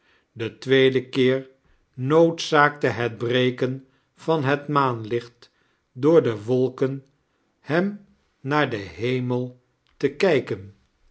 den tweeden keer noodzaakte het breken van het maanlicht door de wolken hem naar den hemel te kijken